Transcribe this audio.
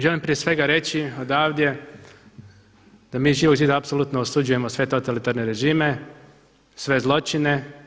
Želim prije svega reći odavde da mi iz Živog zida apsolutno osuđujemo sve totalitarne režime, sve zločine.